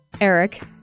Eric